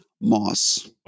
Moss